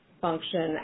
function